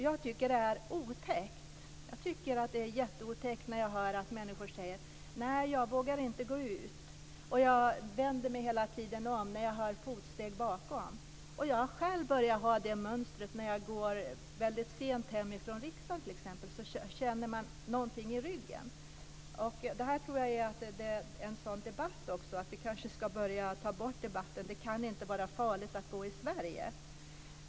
Jag tycker att det är väldigt otäckt att höra människor säga att de inte vågar gå ut och att de hela tiden vänder sig om när de hör fotsteg bakom. Och jag har själv börjat ha det mönstret när jag går hem sent från t.ex. riksdagen. Då kan jag känna något i ryggen. Jag tror detta också kan bero på att det förs en sådan debatt. Vi kanske i stället ska börja föra en debatt om att det inte kan vara farligt att gå i Sverige.